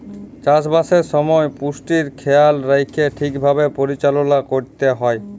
চাষবাসের সময় পুষ্টির খেয়াল রাইখ্যে ঠিকভাবে পরিচাললা ক্যইরতে হ্যয়